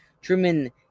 Truman